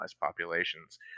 populations